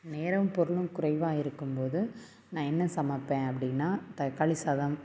நேரம் பொருளும் குறைவாக இருக்கும்போது நான் என்ன சமைப்பன் அப்படினா தக்காளி சாதம்